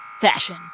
fashion